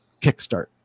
kickstart